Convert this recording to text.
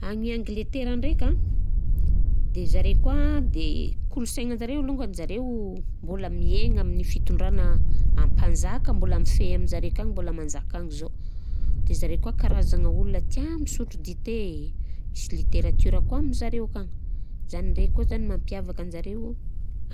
Agny Angletera ndraika, de zare koà de kolonsaignanzare longany zareo mbola miaigna amin'ny fitondrana ampanjaka, mbôla mifehy aminjare akagny, mbôla manjaka agny zô. De zare koà karazagna olona tià misotro dite, misy literatiora koà amizareo akagny, zany ndraiky koà zany mampiavaka anjareo